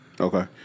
Okay